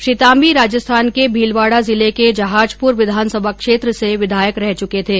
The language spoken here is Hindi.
श्री ताम्बी राजस्थान के भीलवाड़ा जिले के जहाजपुर विधानसभा क्षेत्र से विधायक रह चुके थे